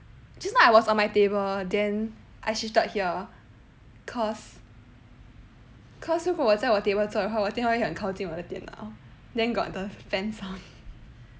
just now I was on my table then I shifted here cause cause 如果我在我 table 做的话我电话会在很靠近我的电脑 then got the fan sound